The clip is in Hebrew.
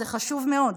זה חשוב מאוד.